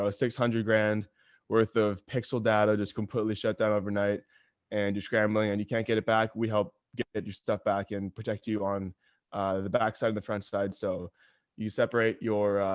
ah six hundred grand worth of pixel data just completely shut down overnight and you're scrambling and you can't get it back. we help get your stuff back and protect you on the backside of the front side. so you separate your,